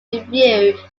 review